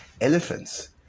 Elephants